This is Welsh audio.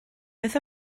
beth